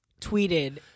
tweeted